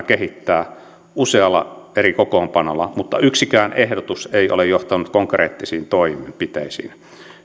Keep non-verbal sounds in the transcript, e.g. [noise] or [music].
[unintelligible] kehittää usealla eri kokoonpanolla mutta yksikään ehdotus ei ole johtanut konkreettisiin toimenpiteisiin